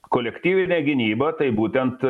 kolektyvinė gynyba tai būtent